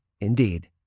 indeed